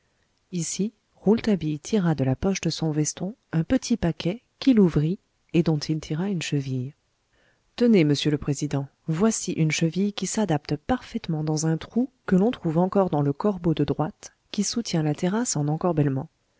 ici rouletabille tira de la poche de son veston un petit paquet qu'il ouvrit et dont il tira une cheville tenez monsieur le président voici une cheville qui s'adapte parfaitement dans un trou que l'on trouve encore dans le corbeau de droite qui soutient la terrasse en